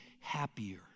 happier